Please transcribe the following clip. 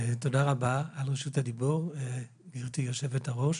תודה רבה על רשות הדיבור, גברתי היו"ר.